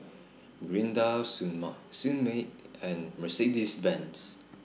Mirinda Sunmaid and Mercedes Benz